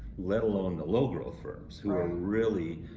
let alone the low growth firms who are really,